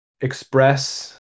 express